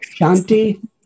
shanti